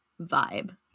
vibe